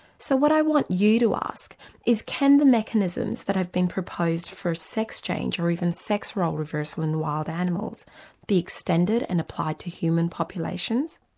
so what i want you to ask is can the mechanisms that have been proposed for a sex change or even sex role reversal in wild animals be extended and applied to human populations?